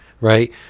right